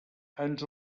ens